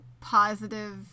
positive